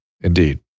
Indeed